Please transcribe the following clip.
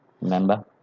remember